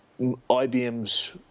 IBM's